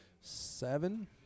seven